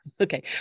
Okay